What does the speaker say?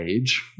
age